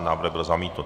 Návrh byl zamítnut.